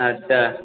अच्छा